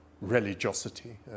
religiosity